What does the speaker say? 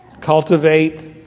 cultivate